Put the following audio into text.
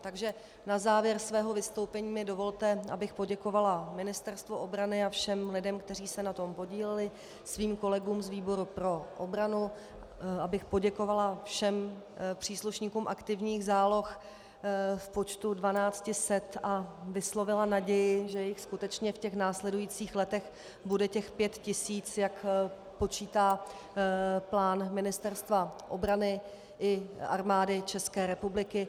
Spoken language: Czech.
Takže na závěr mého vystoupení mi dovolte, abych poděkovala Ministerstvu obrany a všem lidem, kteří se na tom podíleli, svým kolegům z výboru pro obranu, abych poděkovala všem příslušníkům aktivních záloh v počtu dvanácti set a vyslovila naději, že jich skutečně v těch následujících letech bude těch pět tisíc, jak počítá plán Ministerstva obrany i Armády České republiky.